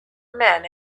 men